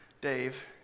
Dave